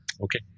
Okay